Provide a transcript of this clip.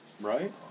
Right